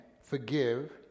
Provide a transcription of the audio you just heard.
forgive